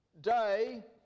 day